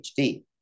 HD